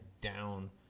down